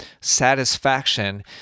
satisfaction